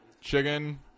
Chicken